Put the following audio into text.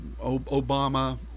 Obama